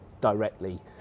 directly